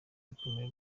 rukomeje